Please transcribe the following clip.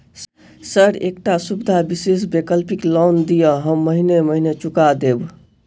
Sir एकटा सुविधा विशेष वैकल्पिक लोन दिऽ हम महीने महीने चुका देब?